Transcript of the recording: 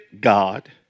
God